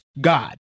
God